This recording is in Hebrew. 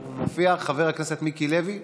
חבר הכנסת מיקי לוי.